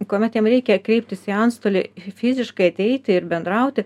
kuomet jam reikia kreiptis į antstolį fiziškai ateiti ir bendrauti